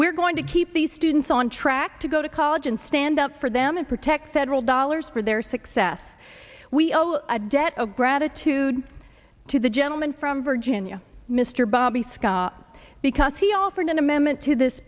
we're going to keep these students on track to go to college and stand up for them and protect federal dollars for their success we owe a debt of gratitude to the gentleman from virginia mr bobby scott because he offered an amendment to this